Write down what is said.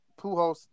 Pujols